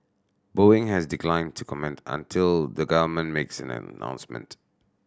Boeing has declined to comment until the government makes an announcement